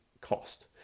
cost